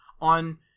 on